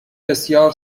بسیار